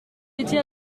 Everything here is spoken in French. étiez